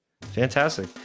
Fantastic